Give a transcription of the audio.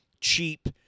Cheap